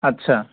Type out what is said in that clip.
আচ্ছা